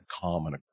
common